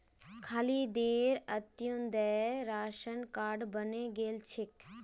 खालिदेर Antyodaya ration card बने गेल छेक